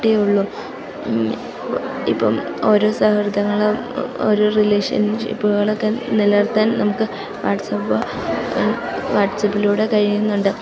ട്ടേ ഉള്ളു ഇപ്പം ഓരോ സൗഹൃദങ്ങളും ഓരോ റിലേഷൻഷിപ്പുകളൊക്കെ നിലനിർത്താൻ നമുക്ക് വാട്സപ്പ് വാട്സപ്പിലൂടെ കഴിയുന്നുണ്ട്